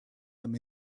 them